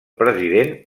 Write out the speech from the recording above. president